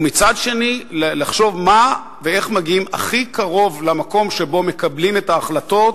ומצד שני לחשוב מה ואיך מגיעים הכי קרוב למקום שבו מקבלים את ההחלטות,